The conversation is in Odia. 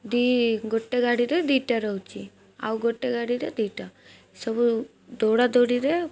ଦୁଇ ଗୋଟେ ଗାଡ଼ିରେ ଦୁଇଟା ରହୁଛି ଆଉ ଗୋଟେ ଗାଡ଼ିରେ ଦୁଇଟା ସବୁ ଦୌଡ଼ା ଦୌଡ଼ିରେ